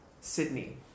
sydney